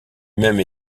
même